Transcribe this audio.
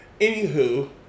anywho